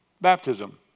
Baptism